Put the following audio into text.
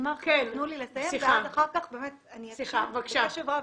אשמח אם תתנו לי לסיים ואחר כך אני אקשיב בקשב רב